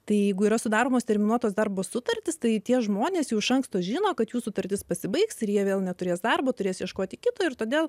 tai jeigu yra sudaromos terminuotos darbo sutartys tai tie žmonės jau iš anksto žino kad jų sutartis pasibaigs ir jie vėl neturės darbo turės ieškoti kito ir todėl